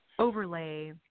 overlay